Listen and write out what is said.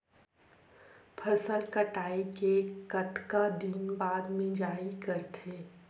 फसल कटाई के कतका दिन बाद मिजाई करथे?